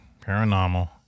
Paranormal